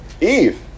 Eve